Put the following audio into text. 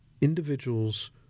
individuals